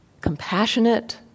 compassionate